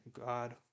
God